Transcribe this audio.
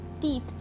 teeth